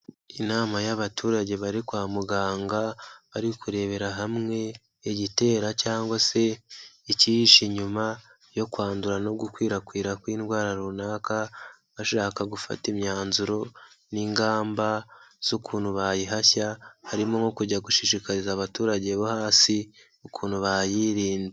Inama y'abaturage bari kwa muganga, bari kurebera hamwe igitera cyangwa se icyihishe inyuma yo kwandura no gukwirakwira kw'indwara runaka, bashaka gufata imyanzuro n'ingamba z'ukuntu bayihashya, harimo nko kujya gushishikariza abaturage bo hasi ukuntu bayirinda.